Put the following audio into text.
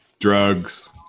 Drugs